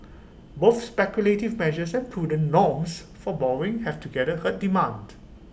both speculative measures and prudent norms for borrowing have together hurt demand